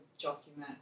document